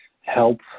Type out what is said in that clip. help